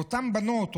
ואותן בנות,